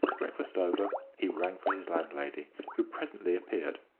breakfast over, he rang for his landlady, who presently appeared.